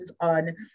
on